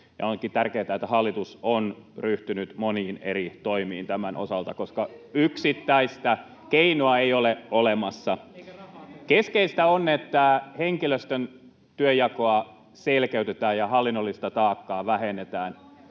onkin tärkeätä, että hallitus on ryhtynyt moniin eri toimiin tämän osalta, koska yksittäistä keinoa ei ole olemassa. Keskeistä on, että henkilöstön työnjakoa selkeytetään ja hallinnollista taakkaa vähennetään,